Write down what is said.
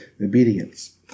obedience